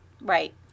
Right